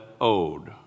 owed